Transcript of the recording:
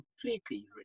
completely